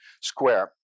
square